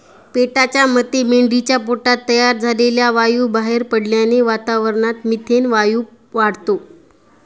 पेटाच्या मते मेंढीच्या पोटात तयार झालेला वायू बाहेर पडल्याने वातावरणात मिथेन वायू वाढतो